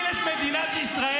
thank you, thank you for everything.